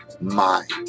mind